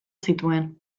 zituen